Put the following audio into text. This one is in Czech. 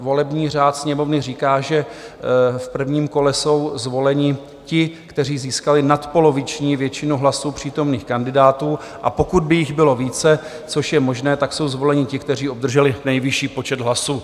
Volební řád Sněmovny říká, že v prvním kole jsou zvoleni ti, kteří získali nadpoloviční většinu hlasů přítomných kandidátů, a pokud by jich bylo více, což je možné, jsou zvoleni ti, kteří obdrželi nejvyšší počet hlasů.